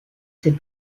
s’est